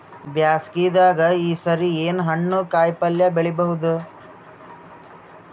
ಬ್ಯಾಸಗಿ ದಾಗ ಈ ಸರಿ ಏನ್ ಹಣ್ಣು, ಕಾಯಿ ಪಲ್ಯ ಬೆಳಿ ಬಹುದ?